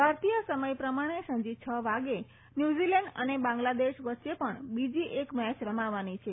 ભારતીય સમય પ્રમાણે સાંજે છ વાગે ન્યુઝીલેન્ડ અને બાંગ્લાદેશ વચ્ચે પણ બીજી એક મેચ રમાવાની છે